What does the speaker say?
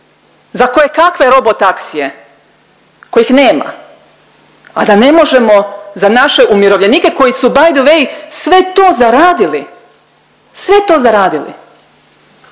za kojekakve robotaksije kojih nema, a da ne možemo za naše umirovljenike koji su btw. sve to zaradili, sve to zaradili.